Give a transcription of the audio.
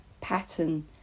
pattern